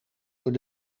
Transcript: door